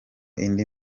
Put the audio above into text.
indi